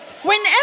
Whenever